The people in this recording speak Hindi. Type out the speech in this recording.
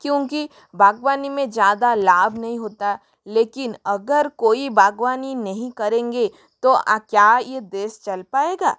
क्योंकि बागवानी में ज़्यादा लाभ नहीं होता लेकिन अगर कोई बागवानी नहीं करेंगे तो आ क्या ये देश चल पाएगा